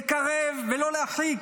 לקרב ולא להרחיק,